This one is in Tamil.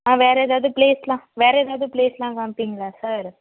வேறு ஏதாவது பிளேஸ்யெலாம் வேறு ஏதாவது பிளேஸ்யெலாம் காமிப்பீங்களா சார்